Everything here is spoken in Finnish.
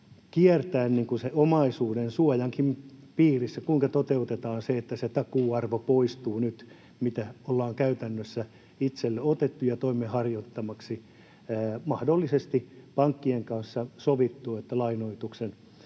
kiertäen omaisuudensuojankin piirissä. Kuinka toteutetaan se, että nyt poistuu se takuuarvo, mitä ollaan käytännössä itselle otettu toimen harjoittamiseksi? Mahdollisesti pankkien kanssa on sovittu, että lainoituksen